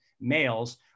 males